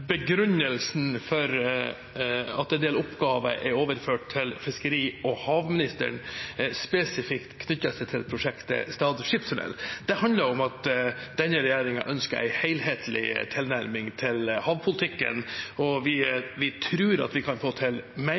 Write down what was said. begrunnelsen for at denne oppgaven er overført til fiskeri- og havministeren, spesifikt knytter seg til prosjektet Stad skipstunnel. Det handler om at denne regjeringen ønsker en helhetlig tilnærming til havpolitikken, og vi tror at vi kan få til mer,